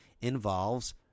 involves